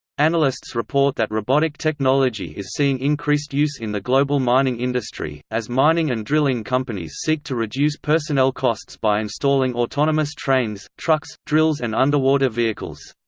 analysts report that robotic technology is seeing increased use in the global mining industry, as mining and drilling companies seek to reduce personnel costs by installing autonomous trains, trucks, drills and underwater vehicles.